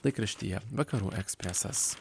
laikraštyje vakarų ekspresas